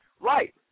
right